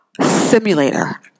simulator